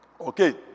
Okay